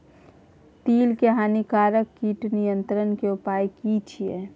तिल के हानिकारक कीट नियंत्रण के उपाय की छिये?